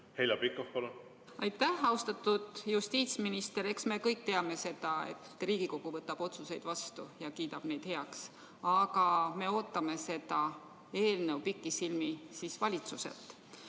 Heljo Pikhof, palun! Aitäh! Austatud justiitsminister! Eks me kõik teame seda, et Riigikogu võtab otsuseid vastu ja kiidab neid heaks, aga me ootame seda eelnõu pikisilmi valitsuselt.